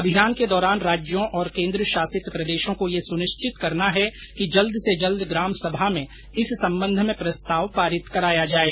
अभियान के दौरान राज्यों और केंद्रशासित प्रदेशों को यह सुनिश्चित करना है कि जल्द से जल्द ग्राम सभा में इस संबंध में प्रस्ताव पारित कराया जाये